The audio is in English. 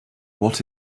what